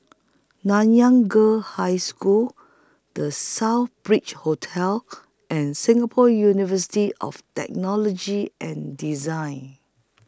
Nanyang Girls' High School The Southbridge Hotel and Singapore University of Technology and Design